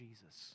Jesus